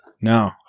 No